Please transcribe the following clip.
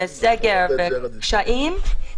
וסגר וקשיים,